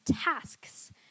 tasks